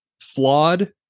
flawed